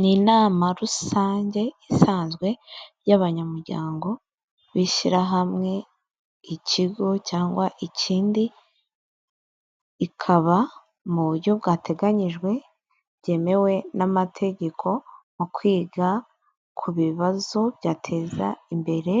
Ni inama rusange isanzwe y' abanyamuryango b' ishyirahamwe ikigo cyangwa ikindi. Ikaba mu buryo bwateganyijwe byemewe n' amategeko, mu kwiga ku bibazo byateza imbere